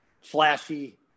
flashy